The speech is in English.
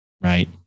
Right